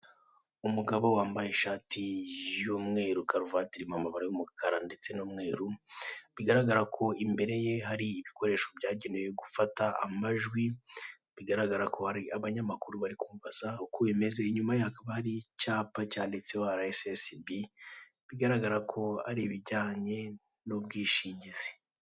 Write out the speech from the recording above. Umugabo wamabaye ishati y'umweru, karuvati irimo amabara y'umukara ndetse n'umweru. bigaragarako Imbere ye hari ibikoresho byagenewe gufata amajwi, bigaragarako hari abanyamakuru bari kumubaza uko bimeze inyuma ye hakaba hari icyapa cyanditseho RSSB, bigaragako ari ibijyanye n'ubwishingizi.